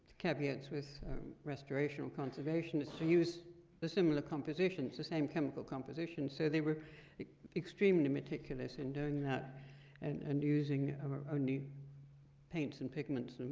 caveats with restoration or conservation is to use a similar composition, the same chemical composition. so they were extremely meticulous in doing that and and using um only paints, and pigments,